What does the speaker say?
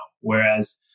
Whereas